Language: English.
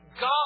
God